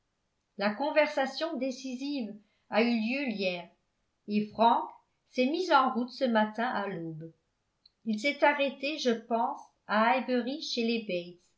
la conversation décisive a eu lieu hier et frank s'est mis en route ce matin à l'aube il s'est arrêté je pense à highbury chez les bates